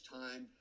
time